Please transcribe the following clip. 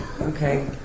Okay